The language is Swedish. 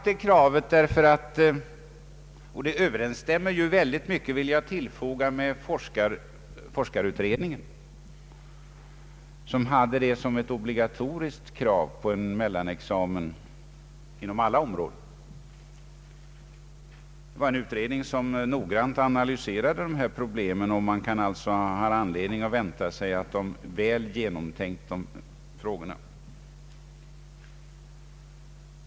Detta krav överensstämmer mycket, vill jag tillfoga, med forskarutredningens, som ju hade ställt ett obligatoriskt krav på en mellanexamen inom alla områden. Det var en utredning som noggrant analyserade dessa problem. Man har alltså anledning att tro att frågorna är väl genomtänkta.